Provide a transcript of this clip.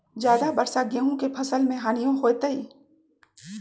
ज्यादा वर्षा गेंहू के फसल मे हानियों होतेई?